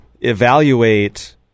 evaluate